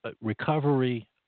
recovery